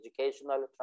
educational